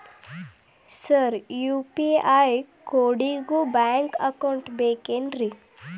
Sir UPI ಕೋಡಿಗೂ bank account ಬೇಕೆನ್ರಿ?